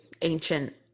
ancient